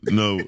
no